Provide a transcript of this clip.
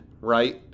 right